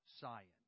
science